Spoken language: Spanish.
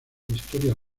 historia